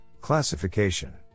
classification